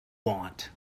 want